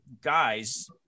guys